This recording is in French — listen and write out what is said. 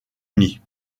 uni